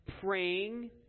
praying